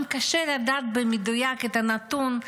גם קשה לדעת במדויק את הנתון,